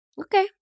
okay